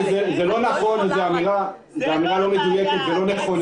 זאת אמירה לא מדויקת ולא נכונה.